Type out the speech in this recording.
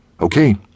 Okay